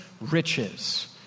riches